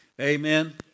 Amen